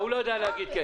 להגיד.